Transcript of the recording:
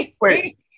wait